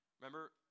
Remember